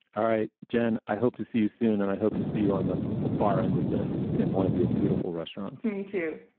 all right, jen. i hope to see you soon. and i hope to see you on the far end of this in one of your beautiful restaurants me, too